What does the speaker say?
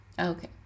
Okay